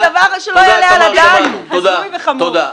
תודה.